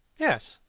yes